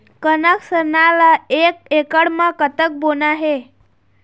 कनक सरना ला एक एकड़ म कतक बोना हे?